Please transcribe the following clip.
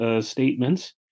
statements